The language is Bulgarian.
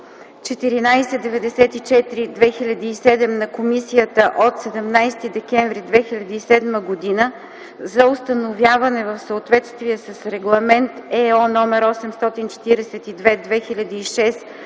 1494/2007 на Комисията от 17 декември 2007 г. за установяване в съответствие с Регламент /ЕО/ № 842/2006